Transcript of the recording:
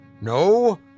No